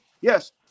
Yes